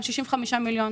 65 מיליון,